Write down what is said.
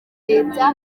leta